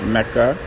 Mecca